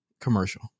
commercial